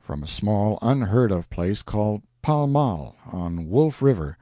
from a small, unheard-of place called pall mall, on wolf river,